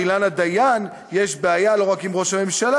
לאילנה דיין יש בעיה לא רק עם ראש הממשלה,